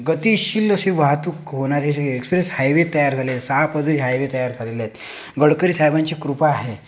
गतिशील अशी वाहतूक होणारे जे एक्सप्रेस हायवे तयार झाले आहे सहा पदरी हायवे तयार झालेले आहेत गडकरी साहेबांची कृपा आहे